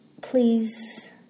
Please